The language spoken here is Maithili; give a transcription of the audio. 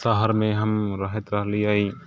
शहरमे हम रहैत रहलियै